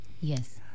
Yes